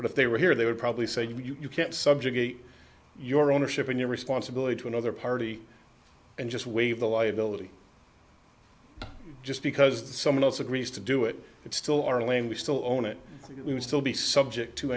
but if they were here they would probably say that you can't subjugate your ownership and your responsibility to another party and just waive the liability just because someone else agrees to do it it's still our lane we still own it we would still be subject to